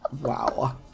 Wow